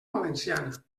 valenciana